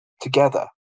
together